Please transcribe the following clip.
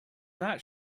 not